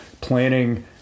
planning